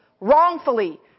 wrongfully